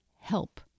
help